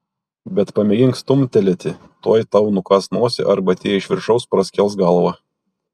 bet pamėgink stumtelėti tuoj tau nukąs nosį arba tie iš viršaus praskels galvą